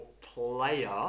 player